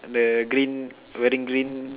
the green wearing green